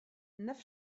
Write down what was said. neuf